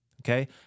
Okay